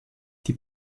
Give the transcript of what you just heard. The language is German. die